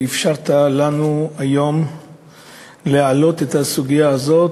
על שאפשרת לנו להעלות היום את הסוגיה הזאת,